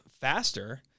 faster